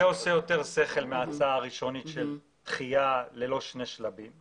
זה עושה יותר שכל מאשר ההצעה הראשונית של דחיה ללא שני שלבים.